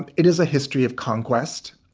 and it is a history of conquest.